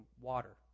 water